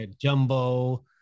Jumbo